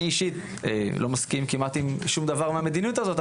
אני אישית לא מסכים כמעט עם שום דבר מהמדיניות הזאת,